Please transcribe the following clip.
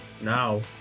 now